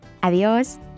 Adiós